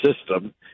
system